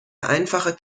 einfache